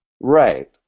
Right